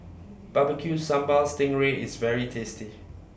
Barbecue Sambal Sting Ray IS very tasty